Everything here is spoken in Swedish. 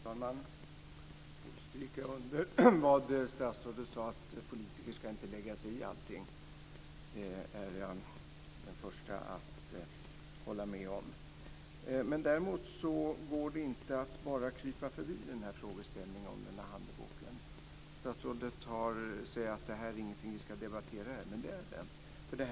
Fru talman! Jag får stryka under vad statsrådet sade, dvs. att politiker inte ska lägga sig i allting. Det är jag den första att hålla med om. Däremot går det inte att bara krypa förbi frågeställningen om handboken. Statsrådet säger att det inte är någonting vi ska debattera här, men det är det.